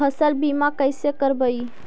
फसल बीमा कैसे करबइ?